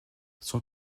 son